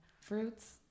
Fruits